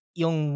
yung